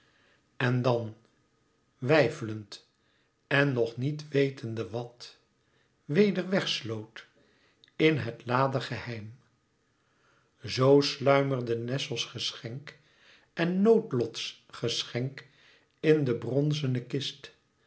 en dan weifelend en nog niet wetende wàt weder weg sloot in het lade geheim zoo sluimerde nessos geschenk en noodlots geschenk in de bronzene kist